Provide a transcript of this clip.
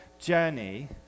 journey